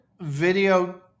video